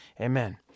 amen